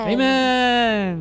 Amen 。